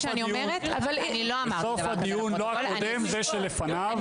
בסוף הדיון לא הקודם, זה שלפניו.